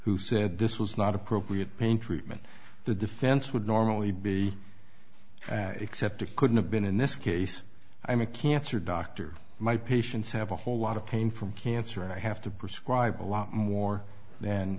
who said this was not appropriate pain treatment the defense would normally be except it couldn't have been in this case i mean a cancer doctor my patients have a whole lot of pain from cancer and i have to prescribe a lot more th